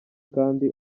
kandi